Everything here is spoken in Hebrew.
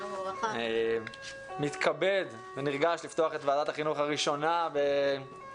אני מתכבד ונרגש לפתוח את ועדת החינוך הראשונה בראשותי.